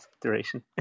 duration